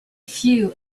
few